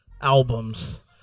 albums